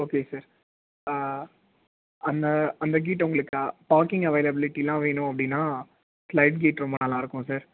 okay sir அந்த அந்த gate உங்களுக்கு பார்க்கிங் அவைலபிளிட்டிலாம் வேணும் அப்படினா ஸ்லைட் கேட் ரொம்ப நல்லா இருக்கும் சார்